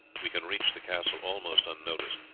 we can reach the castle almost unnoticed.